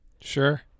Sure